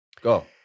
Go